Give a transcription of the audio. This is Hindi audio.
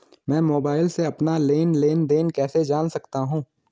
मैं मोबाइल से अपना लेन लेन देन कैसे जान सकता हूँ?